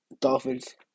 Dolphins